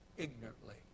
Ignorantly